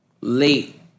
late